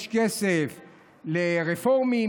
יש כסף לרפורמים,